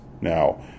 Now